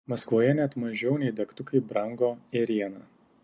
maskvoje net mažiau nei degtukai brango ėriena